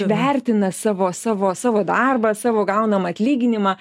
vertina savo savo savo darbą savo gaunamą atlyginimą